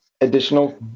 additional